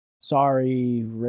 Sorry